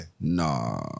Nah